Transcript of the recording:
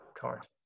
card